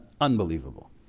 unbelievable